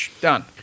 done